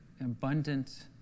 abundant